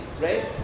right